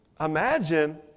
imagine